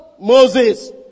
Moses